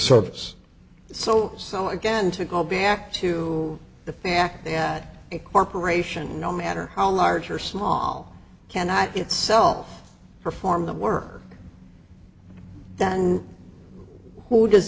service so so again to go back to the fact that corporations no matter how large or small cannot itself perform the work that who does